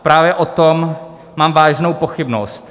Právě o tom mám vážnou pochybnost.